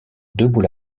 debout